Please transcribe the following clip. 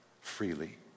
freely